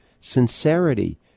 sincerity